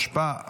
סעיפים 5-4,